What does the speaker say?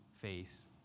face